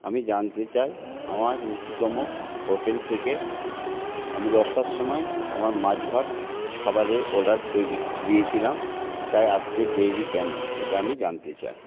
আমি জানতে চাই আমার রুচিতম হোটেল থেকে আমি দশটার সময় আমার মাছ ভাত খাবারের অর্ডার তৈরি দিয়েছিলাম তাই আসতে দেরি কেন এটা আমি জানতে চাই